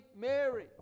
Mary